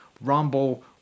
Rumble